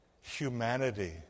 humanity